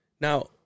Now